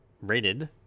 rated